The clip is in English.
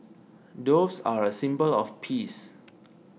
doves are a symbol of peace